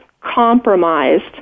compromised